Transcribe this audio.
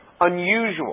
Unusual